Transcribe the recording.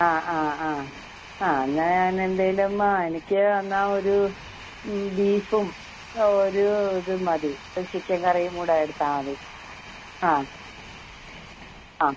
ആ ആ ആ ആ എന്നാൽ ഞാനെന്തെങ്കിലും ആ എനിക്ക് എന്നാൽ ഒരൂ ബീഫും ഒരു ഇതും മതി ഒരു ചിക്കൻ കറിയും കൂടെ എടുത്താൽ മതി ആ ആ